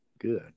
Good